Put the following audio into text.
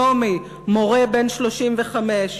שלומי מורה בן 35,